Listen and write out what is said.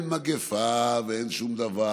אין מגפה ואין שום דבר,